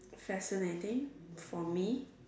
fascinating for me